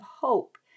hope